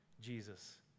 Jesus